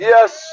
Yes